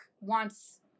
wants